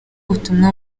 ubutumwa